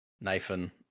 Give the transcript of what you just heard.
Nathan